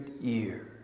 years